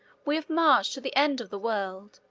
we have marched to the end of the world,